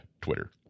Twitter